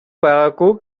байгаагүй